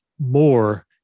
More